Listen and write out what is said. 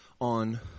on